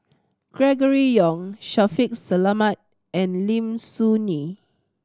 Gregory Yong Shaffiq Selamat and Lim Soo Ngee